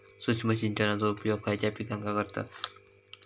सूक्ष्म सिंचनाचो उपयोग खयच्या पिकांका करतत?